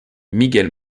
miguel